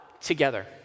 together